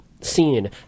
scene